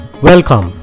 Welcome